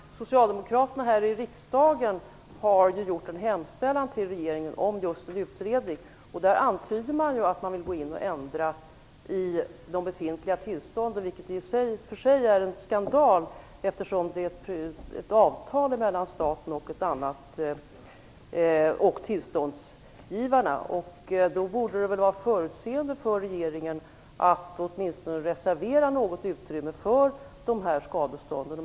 Fru talman! Socialdemokraterna här i riksdagen har ju gjort en hemställan till regeringen just om en utredning, och i den antyder man att man vill gå in och ändra i de befintliga tillstånden. Det är i och för sig en skandal, eftersom det finns ett avtal mellan staten och tillståndsinnehavarna. Då borde väl regeringen vara så förutseende att man åtminstone reserverade något utrymme för de här skadestånden.